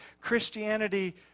Christianity